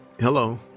Hello